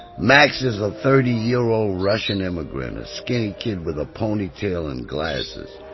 max is a thirty year old russian immigrant, a skinny kid with a ponytail and glasses.